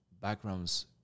backgrounds